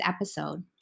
episode